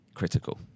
critical